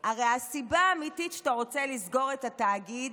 הרי הסיבה האמיתית שאתה רוצה לסגור את התאגיד